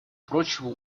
прочего